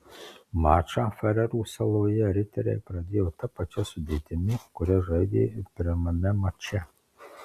mačą farerų saloje riteriai pradėjo ta pačia sudėtimi kuria žaidė ir pirmame mače